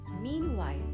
Meanwhile